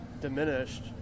diminished